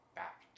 back